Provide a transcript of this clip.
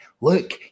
look